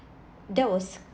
that was